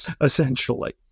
essentially